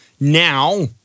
Now